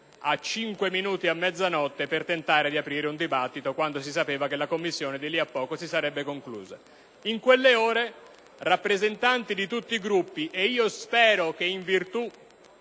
a cinque minuti dalla mezzanotte per tentare di aprire un dibattito, quando si sapeva che la Commissione di lì a poco si sarebbe conclusa - in quelle ore rappresentanti di tutti i Gruppi (spero in virtù